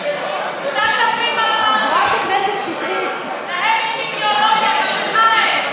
כבדו את סגנית מזכירת הכנסת ותנו לה לסיים להקריא את השמות.